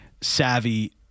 savvy